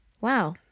Wow